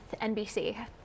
NBC